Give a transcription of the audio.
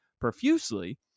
profusely